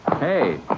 Hey